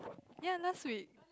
ya last week